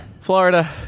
Florida